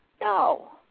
No